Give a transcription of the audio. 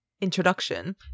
introduction